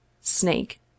Snake